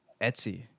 Etsy